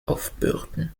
aufbürden